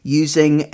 using